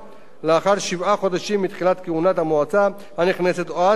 חודשים מתחילת כהונת המועצה הנכנסת או עד שתוקם ועדה חדשה,